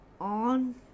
on